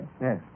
Yes